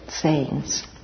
sayings